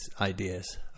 ideas